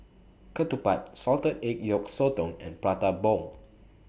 Ketupat Salted Egg Yolk Sotong and Prata Bomb